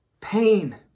Pain